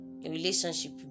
Relationship